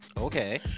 Okay